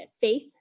faith